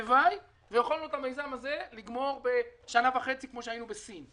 והיינו יכולים את המיזם הזה לגמור בשנה וחצי כמו שעושים בסין.